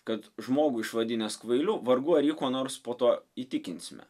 kad žmogų išvadinęs kvailiu vargu ar jį kuo nors po to įtikinsime